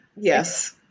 Yes